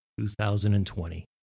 2020